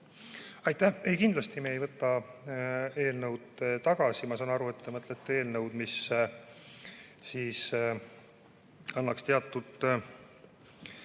Aitäh! Ei, kindlasti me ei võta eelnõu tagasi. Ma saan aru, et te mõtlete eelnõu, mis annaks teatud